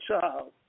child